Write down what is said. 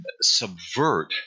subvert